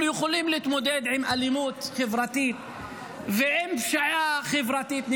אנחנו יכולים להתמודד עם אלימות חברתית ועם פשיעה חברתית,